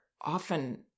often